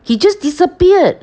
he just disappeared